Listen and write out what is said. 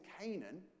Canaan